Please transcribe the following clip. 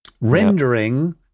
rendering